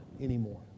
anymore